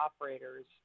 operators